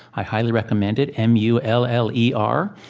i highly recommend it, m u l l e r.